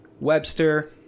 Webster